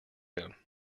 him